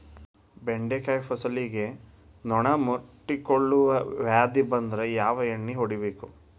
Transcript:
ಬೆಂಡೆಕಾಯ ಫಸಲಿಗೆ ನೊಣ ಮುತ್ತಿಕೊಳ್ಳುವ ವ್ಯಾಧಿ ಬಂದ್ರ ಯಾವ ಎಣ್ಣಿ ಹೊಡಿಯಬೇಕು?